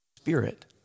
Spirit